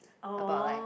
about like